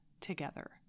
together